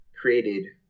created